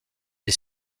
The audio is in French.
est